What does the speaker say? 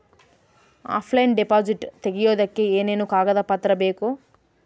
Offline deposit ತೆಗಿಯೋದಕ್ಕೆ ಏನೇನು ಕಾಗದ ಪತ್ರ ಬೇಕು?